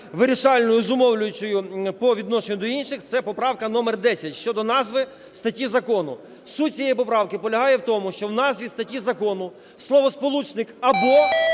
вирішальною, зумовлюючою по відношенню до інших, це поправка номер 10 щодо назви статті закону. Суть цієї поправки полягає в тому, що в назві статті закону словосполучник "або"